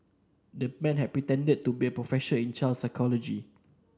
the man had pretended to be a professor in child psychology